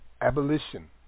Abolition